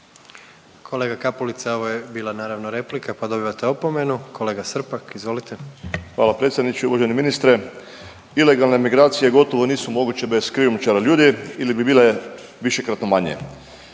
Kolega Kapulica ovo je bila naravno replika, pa dobivate opomenu. Kolega Srpak, izvolite. **Srpak, Dražen (HDZ)** Hvala predsjedniče. Uvaženi ministre, ilegalne migracije gotovo nisu moguće bez krijumčara ljudi ili bi bile višekratno manje.